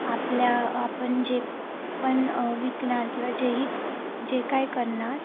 आपल्या आपण जे पण विकणार किंवा जेही जे काही करणार